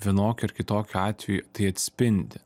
vienokiu ar kitokiu atveju tai atspindi